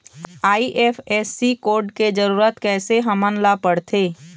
IFSC code के जरूरत कैसे हमन ला पड़थे?